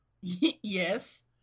Yes